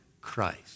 Christ